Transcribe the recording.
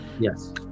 yes